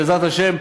בעזרת השם,